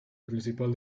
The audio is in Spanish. principal